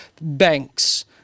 banks